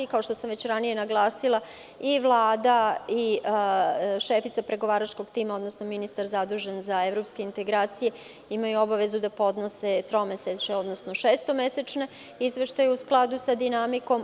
Kao što sam već i ranije naglasila i Vlada i šefica pregovaračkog tima, odnosno ministar zadužen za evropske integracije imaju obavezu da podnose tromesečne, odnosno šestomesečne izveštaje u skladu sa dinamikom.